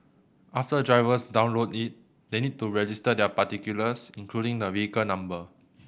after drivers download it they need to register their particulars including the vehicle number